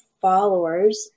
followers